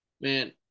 Man